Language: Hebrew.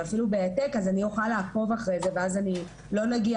אבל אפילו בהעתק אז אני אוכל לעקוב אחרי זה ואז אנחנו לא נגיע